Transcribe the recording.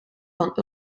van